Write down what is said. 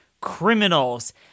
criminals